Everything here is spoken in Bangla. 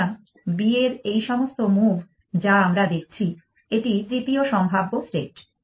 সুতরাং B এর এই সমস্ত মুভ যা আমরা দেখছি এটি তৃতীয় সম্ভাব্য স্টেট